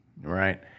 Right